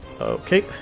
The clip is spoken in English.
Okay